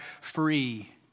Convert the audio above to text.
free